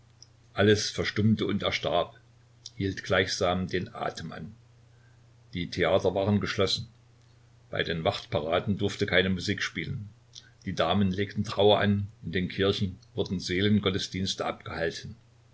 alles verstummte und erstarb hielt gleichsam den atem an die theater waren geschlossen bei den wachtparaden durfte keine musik spielen die damen legten trauer an in den kirchen wurden seelengottesdienste abgehalten